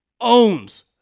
owns –